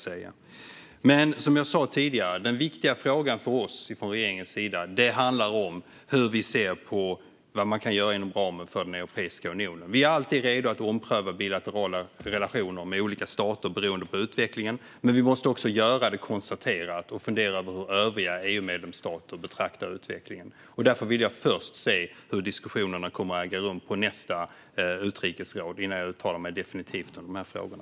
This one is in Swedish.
Som jag sa tidigare är den viktiga frågan för oss från regeringens sida hur vi ser på vad man kan göra inom ramen för Europeiska unionen. Vi är alltid redo att ompröva bilaterala relationer med olika stater beroende på utvecklingen. Men vi måste också göra det konserterat och fundera över hur övriga EU-medlemsstater betraktar utvecklingen. Därför vill jag först se hur diskussionerna kommer att äga rum på nästa utrikesråd innan jag uttalar mig definitivt om de här frågorna.